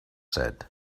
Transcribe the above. said